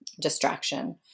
distraction